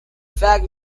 fact